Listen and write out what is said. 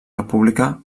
república